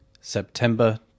september